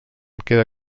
queda